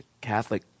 Catholic